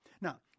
Now